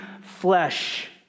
flesh